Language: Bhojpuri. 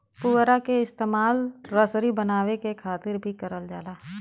पुवरा क इस्तेमाल रसरी बनावे क खातिर भी करल जाला